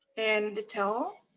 and the tail.